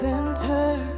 center